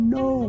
no